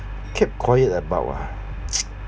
keep quiet about ah